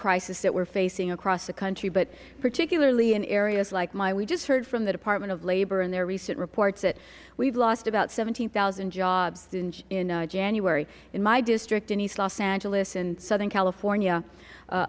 crisis that we're facing across the country but particularly in areas like mine we just heard from the department of labor in their recent reports that we've lost about seventeen thousand jobs in january in my district in east los angeles and southern california